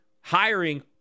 hiring